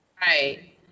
Right